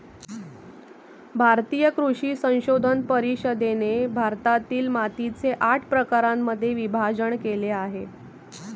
भारतीय कृषी संशोधन परिषदेने भारतातील मातीचे आठ प्रकारांमध्ये विभाजण केले आहे